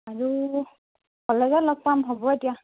আৰু কলেজত লগ পাম হ'ব এতিয়া